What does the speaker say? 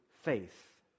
faith